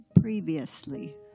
previously